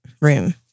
room